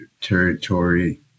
territory